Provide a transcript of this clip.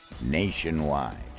Nationwide